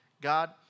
God